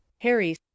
harry